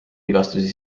vigastusi